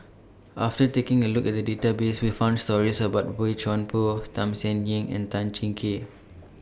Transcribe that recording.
after taking A Look At The Database We found stories about Boey Chuan Poh Tham Sien Yen and Tan Cheng Kee